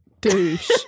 douche